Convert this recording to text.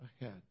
ahead